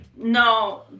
No